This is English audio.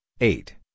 eight